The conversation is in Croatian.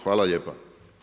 Hvala lijepo.